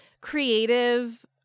creative